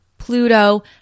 Pluto